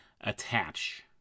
attach